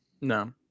No